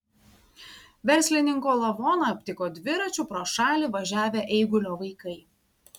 verslininko lavoną aptiko dviračiu pro šalį važiavę eigulio vaikai